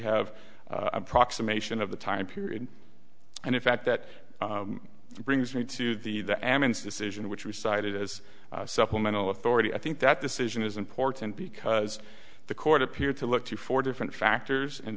have approximation of the time period and in fact that brings me to the the ammons decision which we cited as supplemental authority i think that decision is important because the court appeared to look to four different factors and